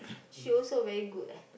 she also very good eh